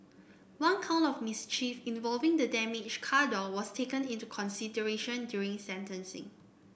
one count of mischief involving the damaged car door was taken into consideration during sentencing